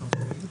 לא.